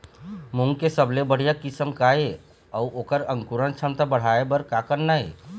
मूंग के सबले बढ़िया किस्म का ये अऊ ओकर अंकुरण क्षमता बढ़ाये बर का करना ये?